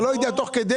אתה לא יודע מה הבלו